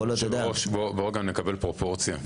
כבוד היו"ר, בוא נקבל פרופורציה.